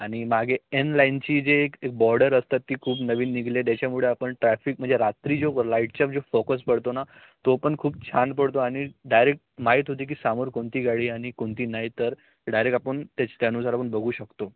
आणि मागे एन लाईनची जी एक बॉर्डर असतात ती खूप नवीन निघाली त्याच्यामुळे आपण ट्रॅफिक म्हणजे रात्री जो लाईटचा जो फोकस पडतो ना तो पण खूप छान पडतो आणि डायरेक्ट माहीत होते की समोर कोणती गाडी आणि कोणती नाही तर डायरेक्ट आपण त्याच त्यानुसार आपण बघू शकतो